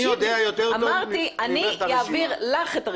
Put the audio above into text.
אמרתי שאני אעביר לך את הרשימה.